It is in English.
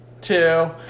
two